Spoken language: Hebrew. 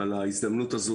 על ההזדמנות הזו.